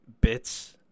bits